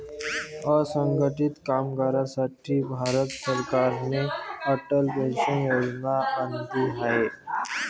असंघटित कामगारांसाठी भारत सरकारने अटल पेन्शन योजना आणली आहे